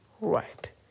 Right